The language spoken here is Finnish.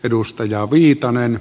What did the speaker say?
edustaja viitanen